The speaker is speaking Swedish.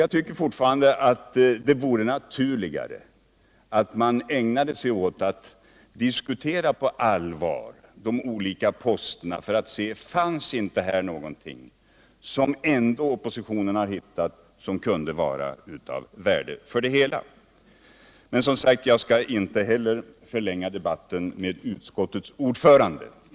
Jag tycker fortfarande att det vore naturligast att man ägnade sig åt att på allvar diskutera de olika posterna för att se om det ändå inte finns någonting som oppositionen har hittat som kunde vara av värde för det hela. Men jag skall inte förlänga debatten med utskottets ordförande.